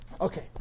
Okay